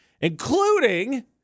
including